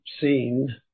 seen